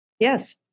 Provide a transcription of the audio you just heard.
Yes